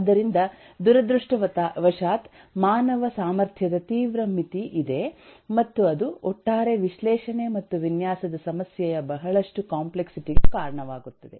ಆದ್ದರಿಂದ ದುರದೃಷ್ಟವಶಾತ್ ಮಾನವ ಸಾಮರ್ಥ್ಯದ ತೀವ್ರ ಮಿತಿ ಇದೆ ಮತ್ತು ಅದು ಒಟ್ಟಾರೆ ವಿಶ್ಲೇಷಣೆ ಮತ್ತು ವಿನ್ಯಾಸದ ಸಮಸ್ಯೆಯ ಬಹಳಷ್ಟು ಕಾಂಪ್ಲೆಕ್ಸಿಟಿ ಗೆ ಕಾರಣವಾಗುತ್ತದೆ